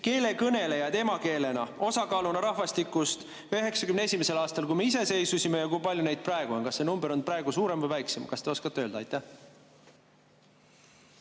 keelt emakeelena kõnelejaid, osakaaluna rahvastikust 1991. aastal, kui me iseseisvusime, ja kui palju neid praegu on? Kas see number on suurem või väiksem, kas te oskate öelda? Aitäh!